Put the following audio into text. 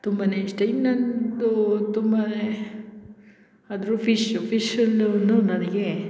ತುಂಬನೇ ಇಷ್ಟ ಇನ್ನಂತೂ ತುಂಬನೇ ಅದ್ರ ಫಿಶ್ಶು ಫಿಶ್ಶಲ್ಲೂ ನನಗೆ